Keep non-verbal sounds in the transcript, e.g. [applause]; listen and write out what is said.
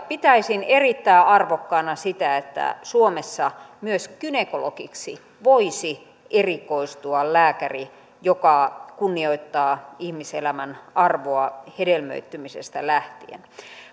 [unintelligible] pitäisin erittäin arvokkaana sitä että suomessa myös gynekologiksi voisi erikoistua lääkäri joka kunnioittaa ihmiselämän arvoa hedelmöittymisestä lähtien